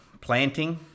planting